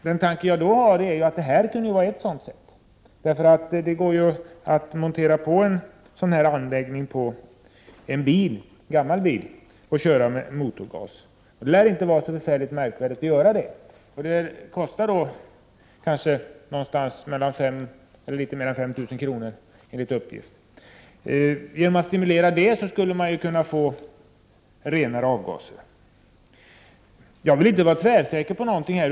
Min tanke är att det här skulle kunna vara ett sådant sätt. Det går att montera sådana anläggningar på gamla bilar, så att de sedan kan köras med motorgas. Det lär inte vara särskilt märkvärdigt att göra det. Det kostar kanske litet mer än 5 000 kr., enligt de uppgifter jag har fått. Genom att stimulera sådana åtgärder skulle man kunna få renare avgaser. Jag vill inte låta tvärsäker på något sätt.